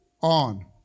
on